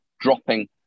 dropping